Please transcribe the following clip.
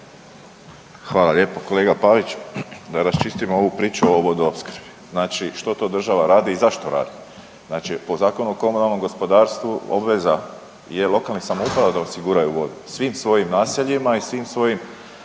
Hvala lijepa. Kolega Paviću, da raščistimo ovu priču o vodoopskrbi. Znači što to država radi i zašto radi? Znači po Zakonu o komunalnom gospodarstvu obveza je lokalnih samouprava da osiguraju vodu svim svojim naseljima i svim svojim